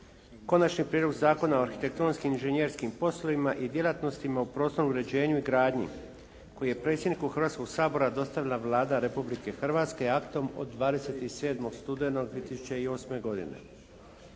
Konačni prijedlog zakona o arhitektonskim i inžinjerskim poslovima i djelatnostima u prostornom uređenju i gradnji koji je predsjedniku Hrvatskog sabora dostavila Vlada Republike Hrvatske aktom od 27. studenog 2008. godine.